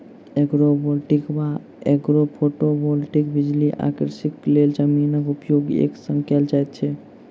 agrovoltaic वा agrophotovoltaic बिजली आ कृषिक लेल जमीनक उपयोग एक संग कयल जाइत छै